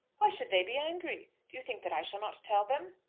why should they be angry? do you think that i shall not tell them?